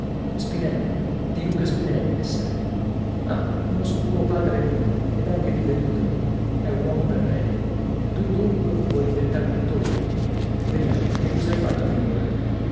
spinello di luca spinelli messere ah conosco tuo padre di nome ed anche di veduta è un uomo per bene e tu dunque vuoi diventar pittore vediamo che cos'hai fatto finora